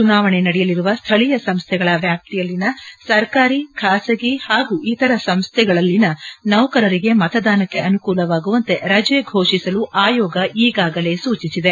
ಚುನಾವಣೆ ನಡೆಯಲಿರುವ ಸ್ಥಳೀಯ ಸಂಸ್ಥೆಗಳ ವ್ಯಾಪ್ತಿಯಲ್ಲಿನ ಸರ್ಕಾರಿ ಖಾಸಗಿ ಹಾಗೂ ಇತರ ಸಂಸ್ಟೆಗಳಲ್ಲಿನ ನೌಕರರಿಗೆ ಮತದಾನಕ್ಕೆ ಅನುಕೂಲವಾಗುವಂತೆ ರಜೆ ಘೋಷಿಸಲು ಆಯೋಗ ಈಗಾಗಲೇ ಸೊಚಿಸಿದೆ